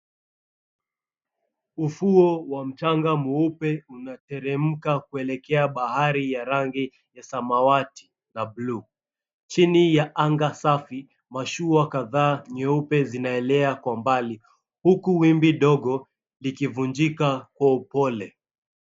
Ufuo wa mchanga mweupe unateremka kuelekea bahari ya rangi ya samawati na buluu. Chini ya anga safi, mashua kadhaa nyeupe zinaelea kwa mbali huku wimbi dogo likivunjika kwa upole.